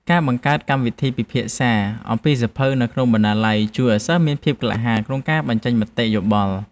ការបង្កើតកម្មវិធីពិភាក្សាអំពីសៀវភៅនៅក្នុងបណ្ណាល័យ ជួយឱ្យសិស្សមានភាពក្លាហានក្នុងការបញ្ចេញមតិយោបល់។